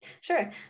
Sure